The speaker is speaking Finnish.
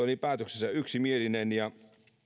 päätöksessään yksimielinen ja